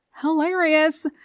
hilarious